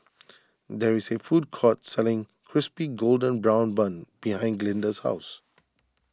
there is a food court selling Crispy Golden Brown Bun behind Glynda's house